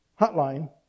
hotline